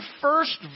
first